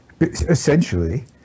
essentially